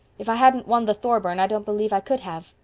if i hadn't won the thorburn i don't believe i could have.